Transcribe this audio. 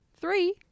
Three